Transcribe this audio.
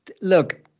Look